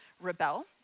rebel